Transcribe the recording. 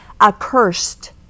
accursed